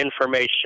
information